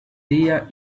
día